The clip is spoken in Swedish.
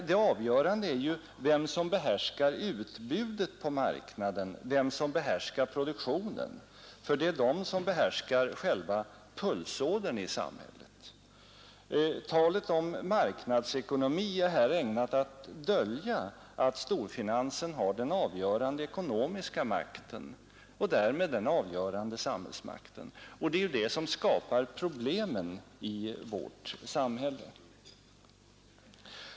Det avgörande är vilka som behärskar utbudet på marknaden, vilka som behärskar produktionen, för det är de som behärskar själva pulsådern i samhället. Talet om marknadsekonomi är här ägnat att dölja att storfinansen har den avgörande ekonomiska makten och därmed den avgörande samhällsmakten, och det är det som skapar problemen i vårt samhälle.